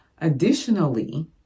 Additionally